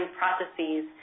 processes